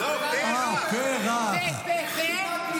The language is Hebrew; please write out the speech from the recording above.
לא, זה פה רך.